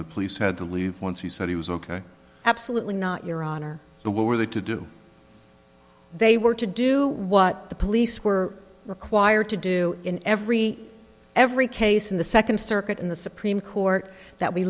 the police had to leave once he said he was ok absolutely not your honor the were they to do they were to do what the police were required to do in every every case in the second circuit in the supreme court that we